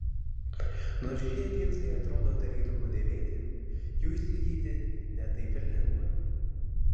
nors šie džinsai atrodo tarytum nudėvėti jų įsigyti ne taip ir lengva